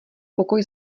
pokoj